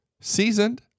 seasoned